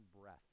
breath